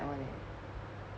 [one] eh